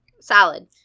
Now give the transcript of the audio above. Salad